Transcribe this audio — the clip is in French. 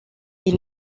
ils